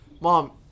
mom